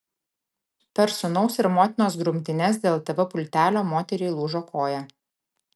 per sūnaus ir motinos grumtynes dėl tv pultelio moteriai lūžo koja